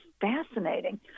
fascinating